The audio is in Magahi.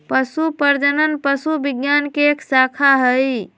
पशु प्रजनन पशु विज्ञान के एक शाखा हई